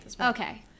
Okay